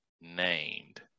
named